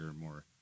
more